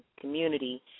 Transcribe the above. community